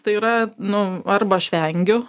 tai yra nu arba aš vengiu